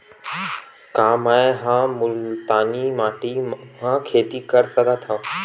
का मै ह मुल्तानी माटी म खेती कर सकथव?